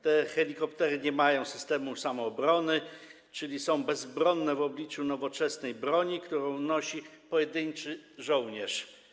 Te helikoptery nie mają systemu samoobrony, czyli są bezbronne w obliczu nowoczesnej broni, którą nosi pojedynczy żołnierz.